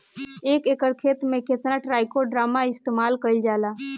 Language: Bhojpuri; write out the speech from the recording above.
एक एकड़ खेत में कितना ट्राइकोडर्मा इस्तेमाल कईल जाला?